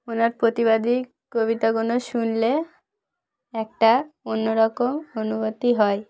ওনার প্রতিবাদী কবিতাগুলো শুনলে একটা অন্যরকম অনুভূতি হয়